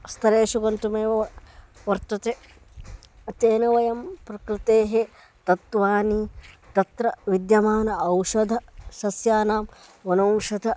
स्थलेषु गन्तुमेव वर्तते तेन वयं प्रकृतेः तत्त्वानि तत्र विद्यमानानाम् औषधसस्यानां वनौषधानां